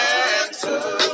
answer